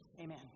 Amen